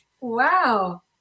Wow